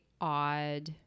odd